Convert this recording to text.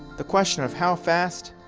the question of how fast,